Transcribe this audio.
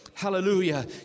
Hallelujah